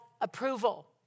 approval